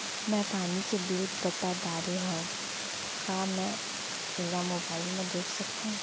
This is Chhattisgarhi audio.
मैं पानी के बिल पटा डारे हव का मैं एला मोबाइल म देख सकथव?